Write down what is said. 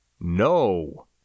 No